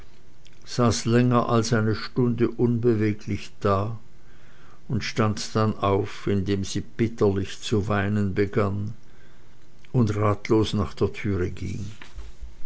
länger als eine stunde unbeweglich da und stand dann auf indem sie bitterlich zu weinen begann und ratlos nach der türe ging